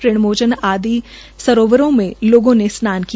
ऋण् मोचन आदि सरोवरों में लोगों ने स्नान किया